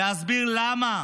להסביר למה